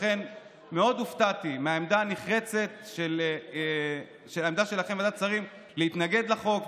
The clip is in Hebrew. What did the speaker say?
לכן מאוד הופתעתי מן העמדה הנחרצת שלכם בוועדת שרים להתנגד לחוק,